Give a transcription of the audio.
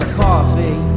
coffee